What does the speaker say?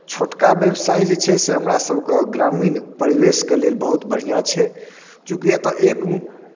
छोटका व्यवसाय जे छै से हमरासभके ग्रामीण परिवेशके लेल बहुत बढ़िआँ छै चूँकि एतय एक